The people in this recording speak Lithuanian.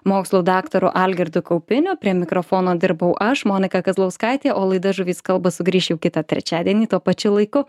mokslų daktaru algirdu kaupiniu prie mikrofono dirbau aš monika kazlauskaitė o laida žuvys kalba sugrįš jau kitą trečiadienį tuo pačiu laiku